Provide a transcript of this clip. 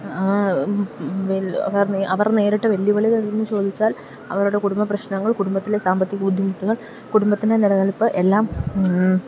അവർ നേരിട്ട വെല്ലുവിളികളെന്നു ചോദിച്ചാൽ അവരുടെ കുടുംബ പ്രശ്നങ്ങൾ കുടുംബത്തിലെ സാമ്പത്തിക ബുദ്ധിമുട്ടുകൾ കുടുംബത്തിന്റെ നിലനിൽപ്പ് എല്ലാം